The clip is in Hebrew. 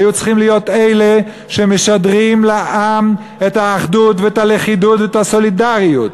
היו צריכים להיות אלה שמשדרים לעם את האחדות והלכידות והסולידריות.